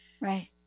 right